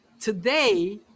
today